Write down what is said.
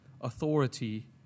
authority